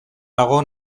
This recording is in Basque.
dago